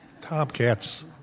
Tomcats